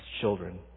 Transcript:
children